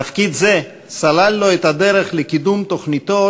תפקיד זה סלל לו את הדרך לקידום תוכניתו